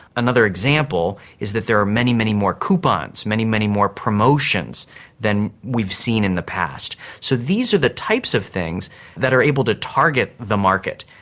another example is that there are many, many more coupons, many, many more promotions than we've seen in the past. so these are the types of things that are able to target the market.